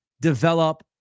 develop